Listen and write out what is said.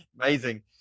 Amazing